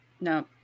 No